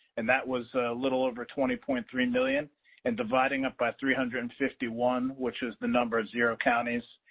and that was a little over twenty point three and million and dividing up by three hundred and fifty one, which is the number of zero counties.